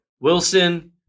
Wilson